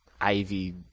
Ivy